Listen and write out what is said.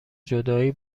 جدایی